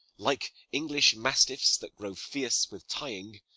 like english mastives that grow fierce with tying,